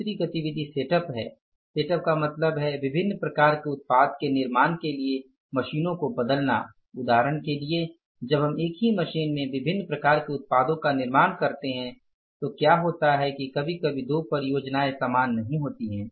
दूसरी गतिविधि सेटअप है सेटअप का मतलब है विभिन्न प्रकार के उत्पाद के निर्माण के लिए मशीनों को बदलना उदाहरण के लिए जब हम एक ही मशीन में विभिन्न प्रकार के उत्पादों का निर्माण करते हैं तो क्या होता है कि कभी कभी दो परियोजनाएं समान नहीं होती हैं